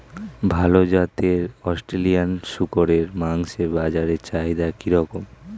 ভাল জাতের অস্ট্রেলিয়ান শূকরের মাংসের বাজার চাহিদা কি রকম?